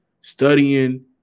studying